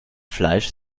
fleisch